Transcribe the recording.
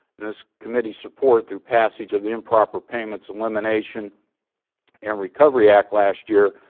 and this committee's support through passage of the improper payments elimination and recovery act last year,